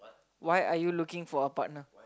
why are you looking for a partner